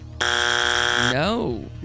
No